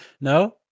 No